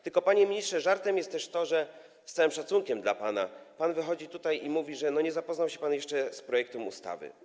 Tylko, panie ministrze, żartem jest też to, z całym szacunkiem dla pana, że pan wychodzi tutaj i mówi, że nie zapoznał się pan jeszcze z projektem ustawy.